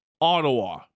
Ottawa